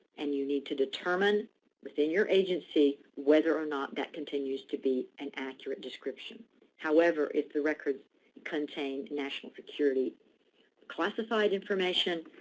and you need to determine within your agency, whether or not that continues to be an accurate description however, if the record contained national security classified information,